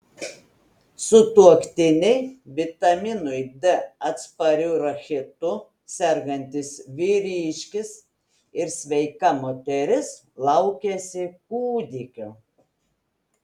sutuoktiniai vitaminui d atspariu rachitu sergantis vyriškis ir sveika moteris laukiasi kūdikio